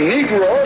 Negro